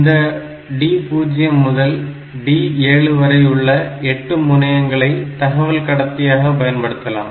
இந்த D0 முதல் D7 வரையுள்ள 8 முனையங்களை தகவல் கடத்தியாக பயன்படுத்தலாம்